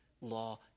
law